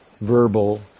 verbal